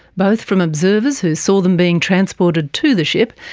both from observers who saw them being transported to the ship,